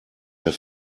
der